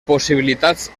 possibilitats